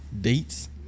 dates